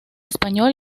español